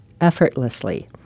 effortlessly